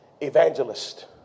evangelist